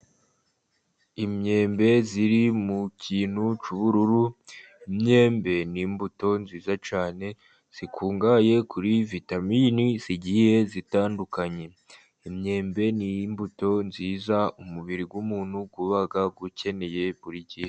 Imyembe iri mu kintu cy'ubururu. Imyembe ni imbuto nziza cyane ikungahaye kuri vitamini zigiye zitandukanye. Imyembe ni imbuto nziza umubiri w'umuntu uba ukeneye buri gihe.